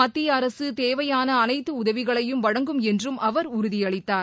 மத்தியஅரசு தேவையான அனைத்து உதவிகளையும் வழங்கும் என்றும் அவர் உறுதி அளித்தார்